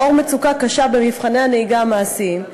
לאור מצוקה קשה במבחני הנהיגה המעשיים,